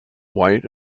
white